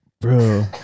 Bro